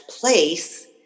place